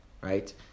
right